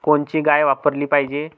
कोनची गाय वापराली पाहिजे?